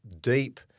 deep